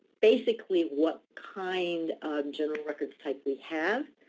basically what kind of general records type we have.